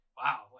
wow